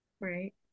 right